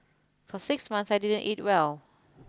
for six months I didn't eat well